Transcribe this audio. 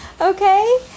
okay